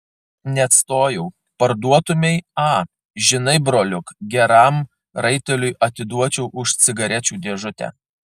neatstojau parduotumei a žinai broliuk geram raiteliui atiduočiau už cigarečių dėžutę